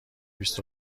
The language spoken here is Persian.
بیست